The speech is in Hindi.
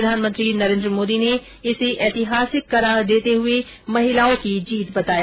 प्रधानमंत्री नरेन्द्र मोदी ने इसे ऐतिहासिक करार देते महिलाओं की जीत बताया